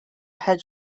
head